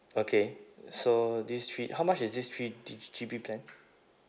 okay so this three how much is this three G_B plan